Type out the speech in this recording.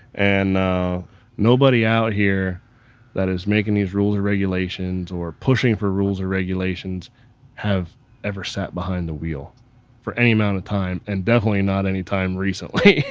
and ah nobody out here that is making these rules or regulations, or pushing for rules or regulations have ever sat behind the wheel for any amount of time, and definitely not anytime recently.